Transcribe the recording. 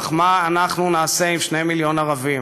אך מה אנחנו נעשה עם שני מיליון ערבים.